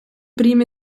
prime